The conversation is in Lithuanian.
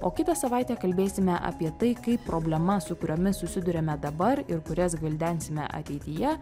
o kitą savaitę kalbėsime apie tai kaip problema su kuriomis susiduriame dabar ir kurias gvildensime ateityje